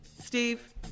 Steve